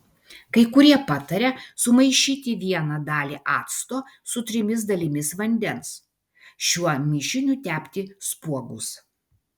kai kurie pataria sumaišyti vieną dalį acto su trimis dalimis vandens šiuo mišiniu tepti spuogus